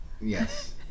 Yes